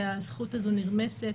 שהזכות הזאת נרמסת.